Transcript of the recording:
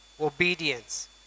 obedience